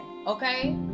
okay